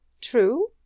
TRUE